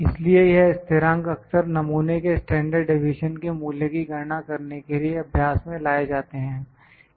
इसलिए यह स्थिरांक अक्सर नमूने के स्टैंडर्ड डीविएशन के मूल्य की गणना करने के लिए अभ्यास में लाए जाते हैं